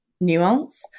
nuance